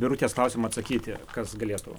birutės klausimą atsakyti kas galėtų